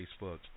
Facebook